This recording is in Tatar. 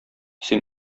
син